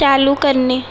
चालू करणे